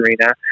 Arena